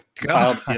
God